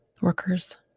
Workers